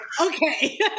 okay